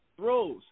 throws